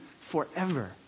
forever